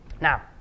Now